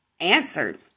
answered